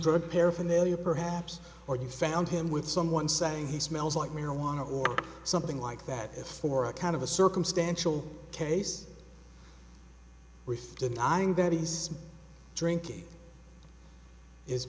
drug paraphernalia perhaps or you found him with someone saying he smells like marijuana or something like that for a kind of a circumstantial case with denying that he's drinking is